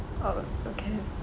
oh okay